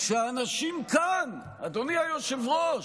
אנשים כאן, אדוני היושב-ראש,